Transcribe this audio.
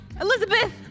Elizabeth